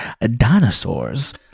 dinosaurs